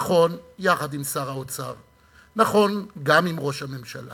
נכון, יחד עם שר האוצר, נכון, גם עם ראש הממשלה,